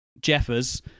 Jeffers